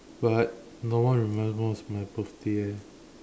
but no one remember when is my birthday eh